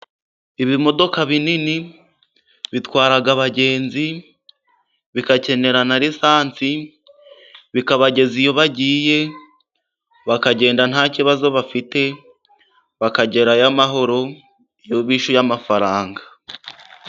Ibimodoka binini bitwara abagenzi bigakenera na risansi, bikabageza iyo bagiye, bakagenda nta kibazo bafite, bakagerayo amahoro, iyo bishyuye amafaranga.